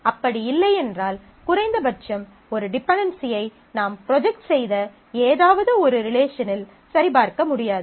அப்படி இல்லை என்றால் குறைந்தபட்சம் ஒரு டிபென்டென்சியை நாம் ப்ரொஜெக்ட் செய்த ஏதாவது ஒரு சில ரிலேஷனில் சரிபார்க்க முடியாது